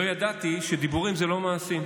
לא ידעתי שדיבורים הם לא מעשים.